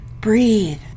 Breathe